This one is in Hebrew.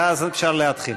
ואז אפשר להתחיל.